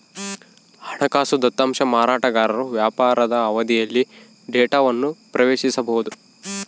ಹಣಕಾಸು ದತ್ತಾಂಶ ಮಾರಾಟಗಾರರು ವ್ಯಾಪಾರದ ಅವಧಿಯಲ್ಲಿ ಡೇಟಾವನ್ನು ಪ್ರವೇಶಿಸಬೊದು